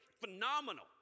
phenomenal